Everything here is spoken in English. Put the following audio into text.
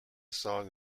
song